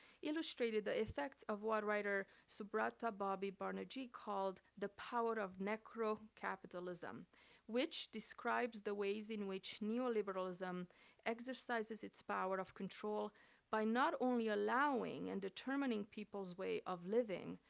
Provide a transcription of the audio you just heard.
illustrated the effects of what writer subhabrata bobby banerjee called the power of necrocapitalism, which describes the ways in which neoliberalism exercises its power of control by not only allowing and determining people's way of living,